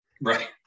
Right